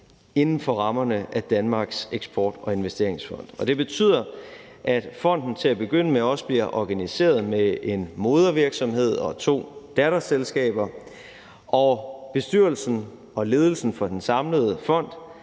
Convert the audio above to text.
inden for rammerne af Danmarks Eksport- og Investeringsfond. Det betyder, at fonden til at begynde med også bliver organiseret med en modervirksomhed og to datterselskaber. Bestyrelsen og ledelsen for den samlede fond